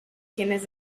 quienes